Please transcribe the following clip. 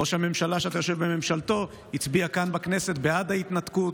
ראש הממשלה שאתה יושב בממשלתו הצביע כאן בכנסת בעד ההתנתקות.